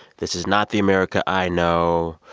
this is not the america i know.